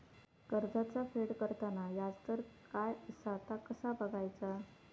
कर्जाचा फेड करताना याजदर काय असा ता कसा बगायचा?